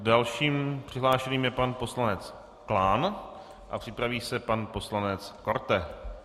Dalším přihlášeným je pan poslanec Klán a připraví se pan poslanec Korte.